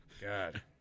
God